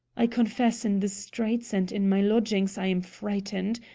i confess, in the streets and in my lodgings i am frightened.